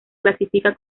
clasifica